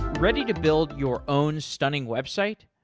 ready to build your own stunning website?